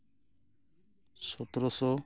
ᱥᱚᱛᱨᱚ ᱥᱚ